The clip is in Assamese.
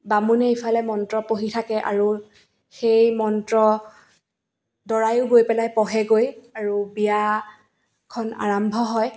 বামুণে ইফালে মন্ত্ৰ পঢ়ি থাকে আৰু সেই মন্ত্ৰ দৰায়ো গৈ পেলাই পঢ়েগৈ আৰু বিয়াখন আৰম্ভ হয়